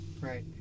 Right